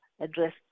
address